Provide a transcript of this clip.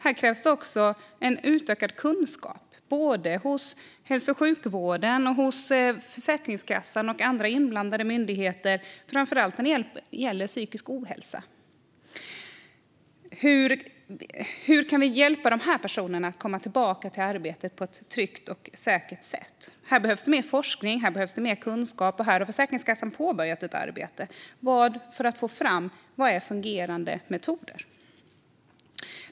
Här krävs också en utökad kunskap hos hälso och sjukvården, Försäkringskassan och andra inblandade myndigheter framför allt när det gäller psykisk ohälsa. Hur kan vi hjälpa dessa personer att komma tillbaka till arbete på ett tryggt och säkert sätt? Här behövs mer forskning och kunskap. Här har Försäkringskassan påbörjat ett arbete för att få fram fungerande metoder.